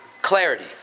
Clarity